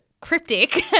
cryptic